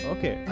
Okay